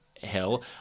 hell